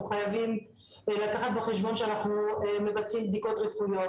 חייבים לקחת בחשבון כשאנחנו מבצעים בדיקות רפואיות.